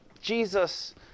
Jesus